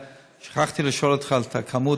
שכחתי לשאול אותך על המספר,